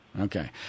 okay